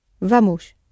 Vamos